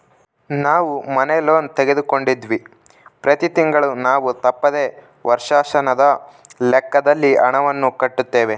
ನಾವು ಮನೆ ಲೋನ್ ತೆಗೆದುಕೊಂಡಿವ್ವಿ, ಪ್ರತಿ ತಿಂಗಳು ನಾವು ತಪ್ಪದೆ ವರ್ಷಾಶನದ ಲೆಕ್ಕದಲ್ಲಿ ಹಣವನ್ನು ಕಟ್ಟುತ್ತೇವೆ